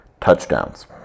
touchdowns